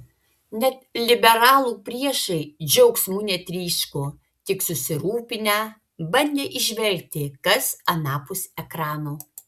net liberalų priešai džiaugsmu netryško tik susirūpinę bandė įžvelgti kas anapus ekrano